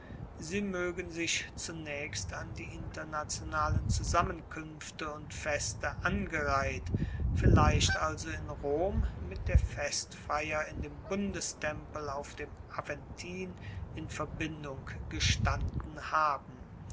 sie moegen sich zunaechst an die internationalen zusammenkuenfte und feste angereiht vielleicht also in rom mit der festfeier in dem bundestempel auf dem aventin in verbindung gestanden haben